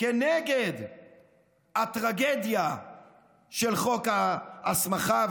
כנגד הטרגדיה של חוק ההסמכה,